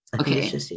okay